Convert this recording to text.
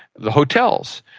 the hotels,